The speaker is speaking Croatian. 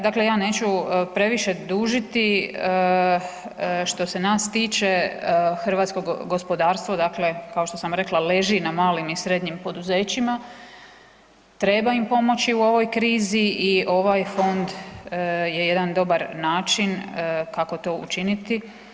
Dakle ja neću previše dužiti, što se nas tiče, hrvatsko gospodarstvo dakle kao što sam rekla, leži na malim i srednjim poduzećima, treba im pomoći u ovoj krizi i ovaj fond je jedan dobar način kako to učiniti.